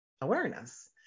awareness